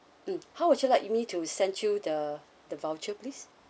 mm how would you like me to send you the the voucher please